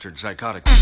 psychotic